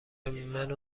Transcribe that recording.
منو